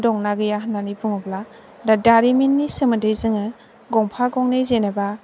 दं ना गैया होन्नानै बुङोब्ला दा दारिमिननि सोमोन्दै जोङो गंफा गंनै जेनोबा